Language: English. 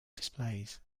displays